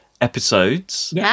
Episodes